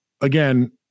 again